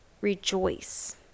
rejoice